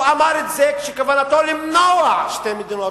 הוא אמר את זה כשכוונתו למנוע שתי מדינות,